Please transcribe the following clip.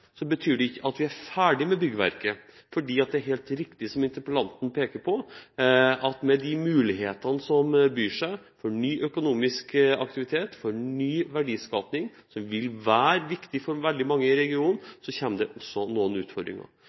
betyr det ikke at vi er ferdig med byggverket. Det er helt riktig som interpellanten peker på, at med de mulighetene som byr seg for ny økonomisk aktivitet og for ny verdiskaping, som vil være viktig for veldig mange i regionen, kommer det også noen utfordringer.